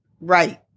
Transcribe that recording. Right